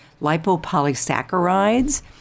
lipopolysaccharides